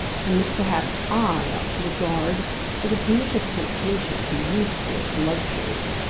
and which perhaps i ought to regard as a pernicious temptation to useless luxury.